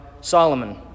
Solomon